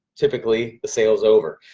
typically, the sale's over.